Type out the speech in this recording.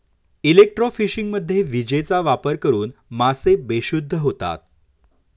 इलेक्ट्रोफिशिंगमध्ये विजेचा वापर करून मासे बेशुद्ध होतात